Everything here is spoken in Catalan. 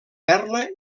perla